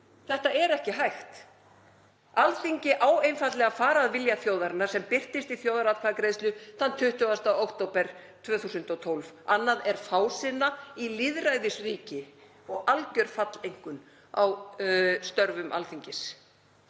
Þetta er ekki hægt. Alþingi á einfaldlega að fara að vilja þjóðarinnar sem birtist í þjóðaratkvæðagreiðslu þann 20. október 2012. Annað er fásinna í lýðræðisríki og algjör falleinkunn á störfum Alþingis.